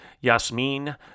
Yasmin